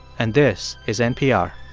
and this is npr